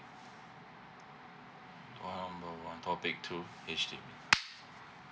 call number one topic two H_D_B